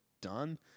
done